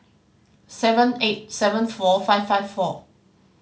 seven eight seven four five five four